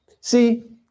See